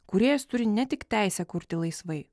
kūrėjas turi ne tik teisę kurti laisvai